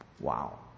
wow